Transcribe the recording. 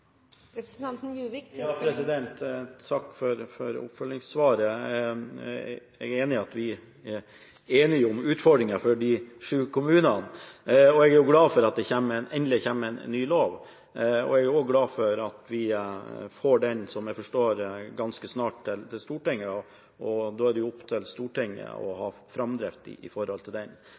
Takk for oppfølgingssvaret. Jeg er enig i at vi er enige om utfordringene for de sju kommunene, og jeg er glad for at det endelig kommer en ny lov. Jeg er også glad for at vi får den, som jeg forstår, ganske snart til Stortinget, og da er det jo opp til Stortinget å ha framdrift med hensyn til den.